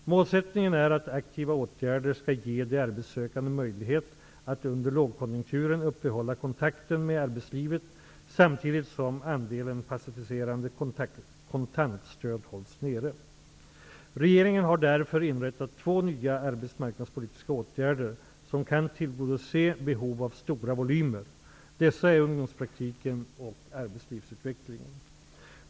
Målsättningen är att aktiva åtgärder skall ge de arbetssökande möjlighet att under lågkonjunkturen uppehålla kontakten med arbetslivet samtidigt som andelen passiviserande kontantstöd hålls nere. Regeringen har därför inrättat två nya arbetsmarknadspolitiska åtgärder som kan tillgodose behov av stora volymer. Dessa är ungdomspraktiken och arbetslivsutvecklingen.